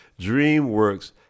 DreamWorks